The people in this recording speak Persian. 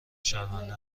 شرمنده